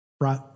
right